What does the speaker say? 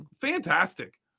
fantastic